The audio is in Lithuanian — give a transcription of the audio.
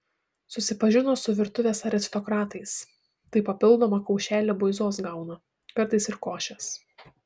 susipažino su virtuvės aristokratais tai papildomą kaušelį buizos gauna kartais ir košės